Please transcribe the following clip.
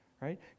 right